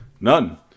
None